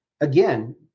Again